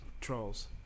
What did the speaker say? trolls